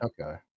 Okay